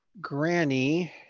Granny